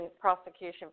prosecution